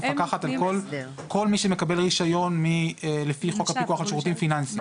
מפקחת על כל מי שמקבל רישיון לפי חוק הפיקוח על שירותים פיננסיים.